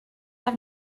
have